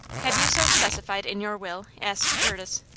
have you so specified in your will? asked curtis.